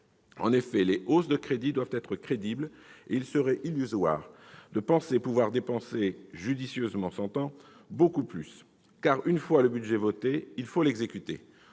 En effet, les hausses de crédits doivent être crédibles et il serait illusoire de penser pouvoir dépenser- judicieusement s'entend - beaucoup plus. En effet, une fois le budget voté, il faut l'exécuter,